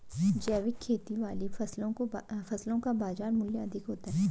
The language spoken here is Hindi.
जैविक खेती वाली फसलों का बाजार मूल्य अधिक होता है